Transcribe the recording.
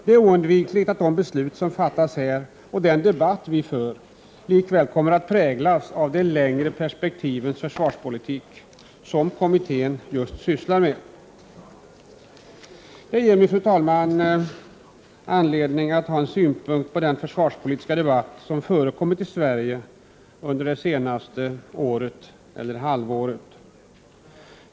Det är oundvikligt att de beslut som fattas här och den debatt vi för likväl kommer att präglas av de längre perspektivens försvarspolitik som kommittén sysslar med. Det ger mig, fru talman, anledning att ha en synpunkt på den försvarspolitiska debatt som förekommit i Sverige under det senaste halvåret.